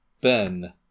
ben